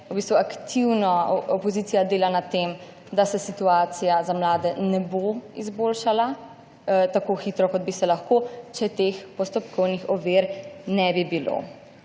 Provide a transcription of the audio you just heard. aktivno opozicija dela na tem, da se situacija za mlade ne bo izboljšala tako hitro, kot bi se lahko, če teh postopkovnih ovir ne bi bilo.